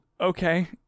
okay